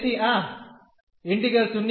તેથી આ બનશે